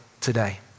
today